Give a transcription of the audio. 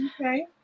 Okay